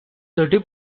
thirty